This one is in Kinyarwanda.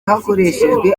hakoreshejwe